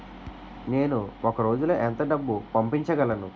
నేను ఒక రోజులో ఎంత డబ్బు పంపించగలను?